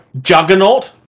Juggernaut